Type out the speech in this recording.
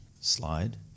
slide